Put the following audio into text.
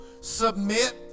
submit